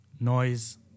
Noise